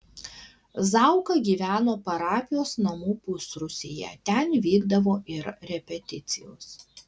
zauka gyveno parapijos namų pusrūsyje ten vykdavo ir repeticijos